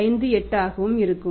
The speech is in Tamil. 58 ஆகவும் இருக்கும்